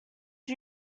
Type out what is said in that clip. you